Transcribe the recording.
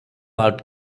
out